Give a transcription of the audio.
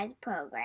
program